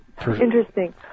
Interesting